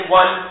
one